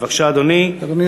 בבקשה, אדוני.